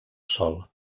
sol